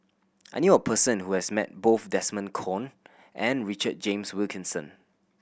I knew a person who has met both Desmond Kon and Richard James Wilkinson